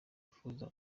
wifuza